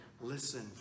listen